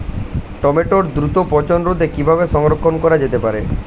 টমেটোর দ্রুত পচনরোধে কিভাবে সংরক্ষণ করা যেতে পারে?